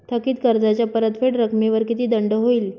थकीत कर्जाच्या परतफेड रकमेवर किती दंड होईल?